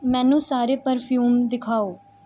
ਮੈਨੂੰ ਸਾਰੇ ਪਰਫਊਮ ਦਿਖਾਓ